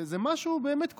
זה משהו באמת כואב.